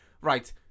Right